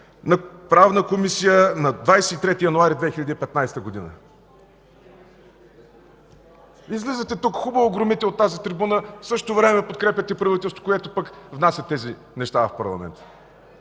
на Правна комисия на 23 януари 2015 г. Излизате тук, хубаво, громите от тази трибуна, в същото време подкрепяте правителството, което пък внася тези неща в парламента.